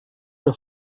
era